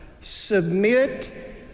Submit